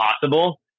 possible